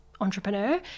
entrepreneur